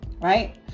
right